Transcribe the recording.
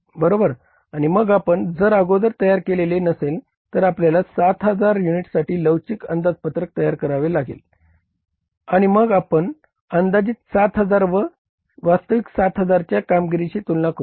आणि मग आपण जर अगोदर तयार केलेलं नसेल तर आपल्याला 7000 युनिट्ससाठी लवचिक अंदाजपत्रक तयार करावे लागेल आणि मग आपण अंदाजित 7000 व वास्तविक 7000 च्या कामगिरीशी तुलना करू